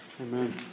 Amen